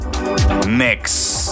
Mix